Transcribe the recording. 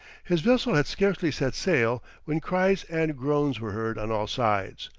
his vessel had scarcely set sail when cries and groans were heard on all sides,